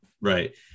Right